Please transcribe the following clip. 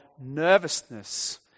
nervousness